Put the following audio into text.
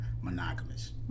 monogamous